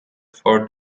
for